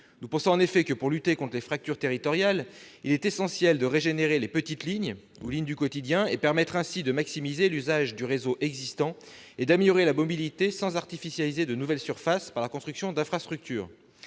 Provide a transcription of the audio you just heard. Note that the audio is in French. Nous pensons en effet que, pour lutter contre les fractures territoriales, il est essentiel de régénérer les « petites lignes », les lignes du quotidien, et de permettre ainsi de maximiser l'usage du réseau existant pour améliorer la mobilité sans artificialiser de nouvelles surfaces par la construction d'infrastructures.